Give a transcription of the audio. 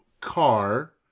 car